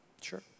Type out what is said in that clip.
Sure